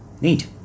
Neat